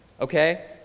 Okay